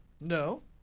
No